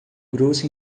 grosso